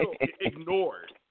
ignored